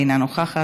אינה נוכחת,